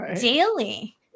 daily